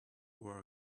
were